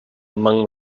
among